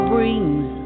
Brings